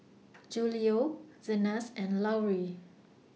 Julio Zenas and Lauri